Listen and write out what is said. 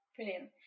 Brilliant